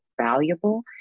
valuable